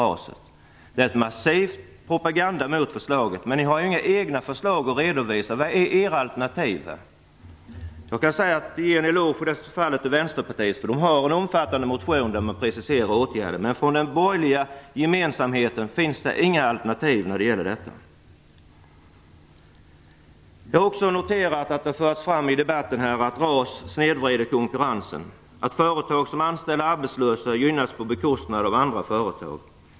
Det riktas en massiv propaganda mot förslaget, men ni har inga egna förslag att redovisa. Vilka är era alternativ? Jag kan i detta avseende ge en eloge till till Vänsterpartiet, som i en omfattande motion preciserar förslag till åtgärder, men den borgerliga församlingen har inga alternativ att anvisa. Jag har noterat i debatten att somliga menar att RAS snedvrider konkurrensen, att företag som anställer arbetslösa gynnas på bekostnad av andra företag.